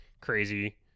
crazy